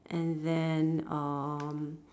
and then um